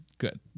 Good